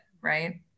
Right